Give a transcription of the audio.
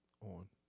on